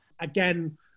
again